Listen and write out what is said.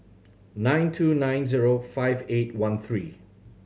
nine two nine zero five eight one three